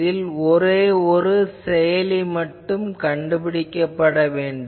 இதில் ஒரே ஒரு செயலி மட்டும் கண்டுபிடிக்க வேண்டும்